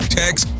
text